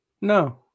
No